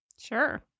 Sure